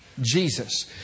Jesus